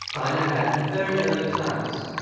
china had, from very early times,